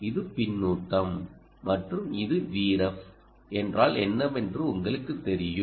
இது பின்னூட்டம் மற்றும் இது Vref என்றால் என்னவென்று உங்களுக்குத் தெரியும்